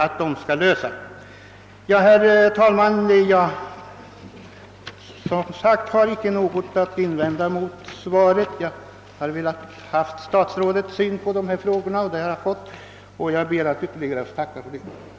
Som sagt har jag, herr talman, ingenting att invända mot svaret. Jag har velat få statsrådets syn på dessa frågor, och det har jag fått. Jag tackar därför än en gång för svaret.